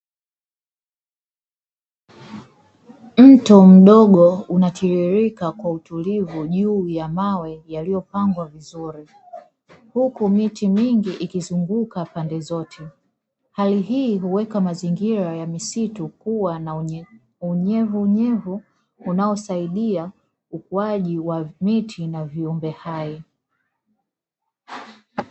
Mto mdogo unatiririka kwa utulivu juu ya mawe yaliyopangwa vizuri, huku miti mingi ikizunguka pande zote; hali hii huweka mazingira ya misitu kuwa na unyevunyevu unaosaidia ukuaji wa miti na viumbe hai.